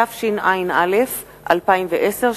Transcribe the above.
התשע"א 2010,